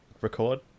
record